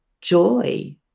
joy